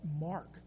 mark